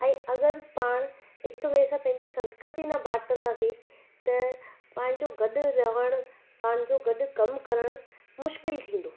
ऐं अगरि पाण हिक ॿिए सां पंहिंजी संस्कृति न बाटंदासीं त पंहिंजो गॾु रहणु पंहिंजो गॾु कमु करणु मुश्किल थी वेंदो